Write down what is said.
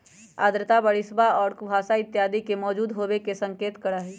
आर्द्रता बरिशवा और कुहसवा इत्यादि के मौजूद होवे के संकेत करा हई